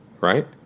right